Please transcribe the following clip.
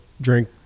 drink